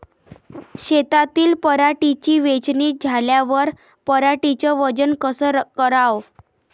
शेतातील पराटीची वेचनी झाल्यावर पराटीचं वजन कस कराव?